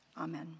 Amen